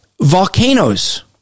Volcanoes